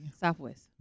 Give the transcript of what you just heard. Southwest